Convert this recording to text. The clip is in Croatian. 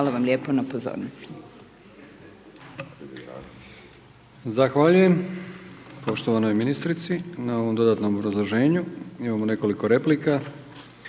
Hvala vam lijepo na pozornosti.